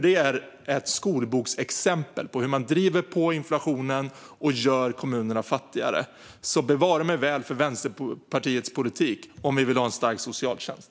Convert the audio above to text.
Den är ett skolboksexempel på hur man driver på inflationen och gör kommunerna fattigare. Bevare mig väl för Vänsterpartiets politik om vi vill ha en stark socialtjänst!